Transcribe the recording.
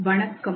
வணக்கம்